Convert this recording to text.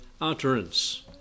utterance